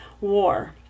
war